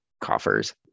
coffers